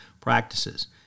practices